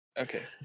Okay